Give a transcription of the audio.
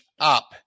up